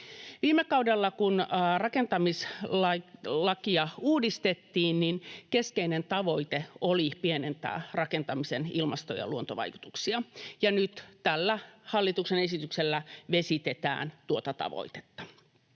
Viime kaudella, kun rakentamislakia uudistettiin, keskeinen tavoite oli pienentää rakentamisen ilmasto- ja luontovaikutuksia, ja nyt tällä hallituksen esityksellä vesitetään tuota tavoitetta.